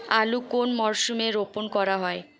আলু কোন মরশুমে রোপণ করা হয়?